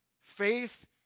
faith